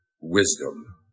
wisdom